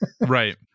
Right